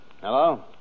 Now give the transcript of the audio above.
Hello